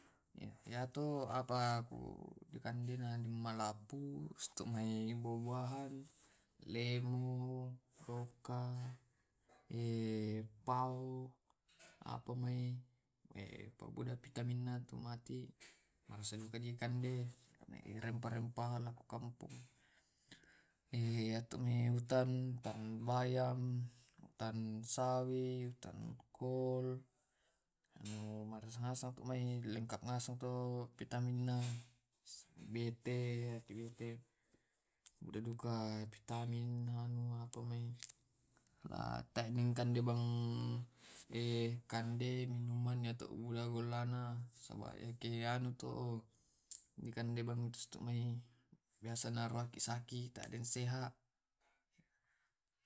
Yatu apa ku dikande na malapu situnga mai buah buahan, lemo. loka, pao, apa mae pitaminna tumati, dikande dena ke rempa rempana dikampong. Mae utan utan bayang, utan sawi, utan kol, marasa mani tumai lengkap ngaseng tu pitaminna bete, budaduka pitamin anu apa mai bang, te dikande kande minuman yatok golla gollana keanu to ni kande tumai biasa naruangki sakit tak deng sehat.